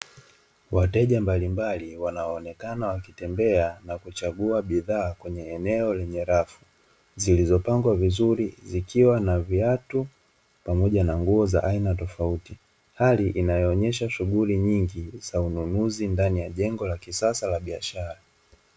Wateja mbalimbali wanaonekana wakitembea na kuchagua bidhaa kwenye eneo lenye rafu, zilizopangwa vizuri zikiwa na viatu pamoja na nguo za aina tofauti. Hali inayoonyesha shughuli nyingi za ununuzi ndani ya jengo la kisasa la biashara.